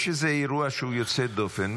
יש איזה אירוע שהוא יוצא דופן,